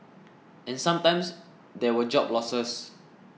and sometimes there were job losses